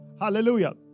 Hallelujah